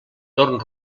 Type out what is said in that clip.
torn